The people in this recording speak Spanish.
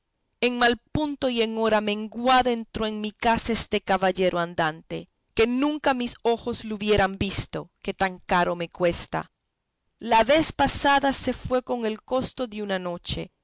en mal punto y en hora menguada entró en mi casa este caballero andante que nunca mis ojos le hubieran visto que tan caro me cuesta la vez pasada se fue con el costo de una noche